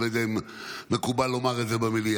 אני לא יודע אם מקובל לומר את זה במליאה: